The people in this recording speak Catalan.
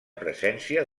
presència